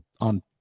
on